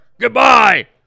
Goodbye